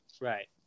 Right